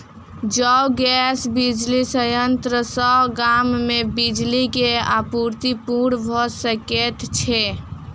जैव गैस बिजली संयंत्र सॅ गाम मे बिजली के आपूर्ति पूर्ण भ सकैत छै